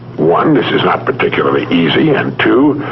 one, this is not particularly easy, and two,